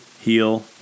heal